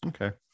Okay